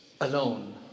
alone